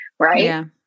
Right